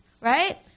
right